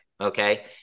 okay